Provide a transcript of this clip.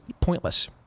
pointless